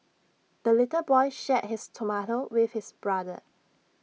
the little boy shared his tomato with his brother